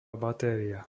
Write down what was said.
batéria